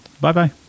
Bye-bye